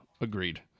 agreed